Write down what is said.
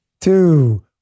two